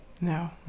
No